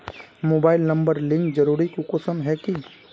Mobile number link जरुरी कुंसम है की?